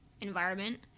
environment